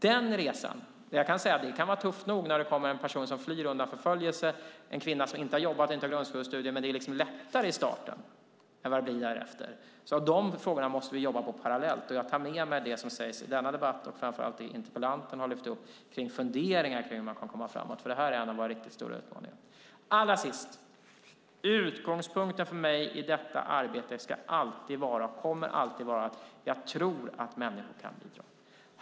Den resan kan vara tuff nog för någon som flytt undan förföljelse, för en kvinna som inte har jobbat, som inte har grundskolestudier, men det är lättare i starten än vad det sedan blir. De frågorna måste vi alltså jobba med parallellt. Jag tar med mig det som sagts i denna debatt, framför allt de funderingar som interpellanten tagit upp om hur man kan komma framåt. Det är en av våra riktigt stora utmaningar. Allra sist: Utgångspunkten för mig i detta arbete är alltid, och kommer alltid att vara, att jag tror att människor kan bidra.